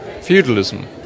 Feudalism